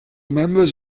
members